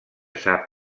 sap